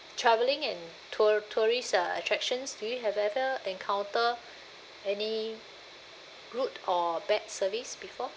travelling in tour~ tourist uh attractions do you have ever encounter any rude or bad service before